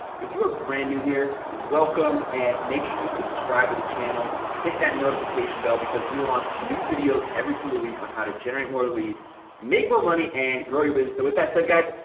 if you are brand new here welcome and make sure you subscribe to the channel hit that notification bell because we launched new videos every single week on how to generate more leads make more money and grow your business so with that said guys,